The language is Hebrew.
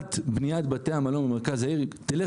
תנופת בניית בתי המלון במרכז העיר אם תלך